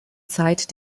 zeit